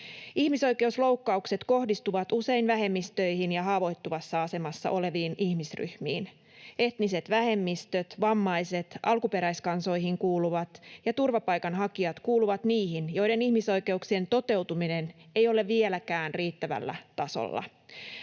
Ihmisoikeusloukkaukset kohdistuvat usein vähemmistöihin ja haavoittuvassa asemassa oleviin ihmisryh-miin. Etniset vähemmistöt, vammaiset, alkuperäiskansoihin kuuluvat ja turvapaikanhakijat kuuluvat niihin, joiden ihmisoikeuksien toteutuminen ei ole vieläkään riittävällä tasolla.